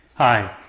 hi.